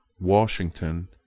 Washington